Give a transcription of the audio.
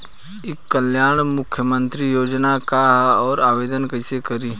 ई कल्याण मुख्यमंत्री योजना का है और आवेदन कईसे करी?